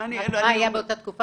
את מה שהיה באותה תקופה,